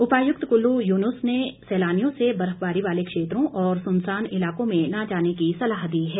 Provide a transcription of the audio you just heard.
उपायुक्त कुल्लू युनूस ने सैलानियों से बर्फबारी वाले क्षेत्रों और सुनसान इलाकों में न जाने की सलाह दी है